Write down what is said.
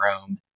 room